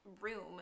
room